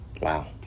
Wow